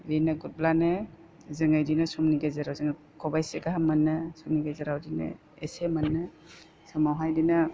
बिदिनो गुरब्लानो जोङो बेदिनो समनि गेजेराव जोङो खबाइसे गाहाम मोनो समनि गेजेराव बेदिनो एसे मोनो समावहाय बेदिनो